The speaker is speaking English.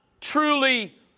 truly